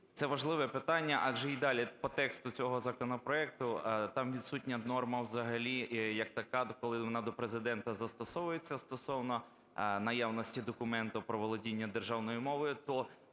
Це важливе питання, адже і далі по тексту цього законопроекту, там відсутня норма взагалі як така. Коли вона до Президента застосовується стосовно наявності документу про володіння державною мовою, то